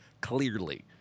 Clearly